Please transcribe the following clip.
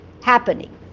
happening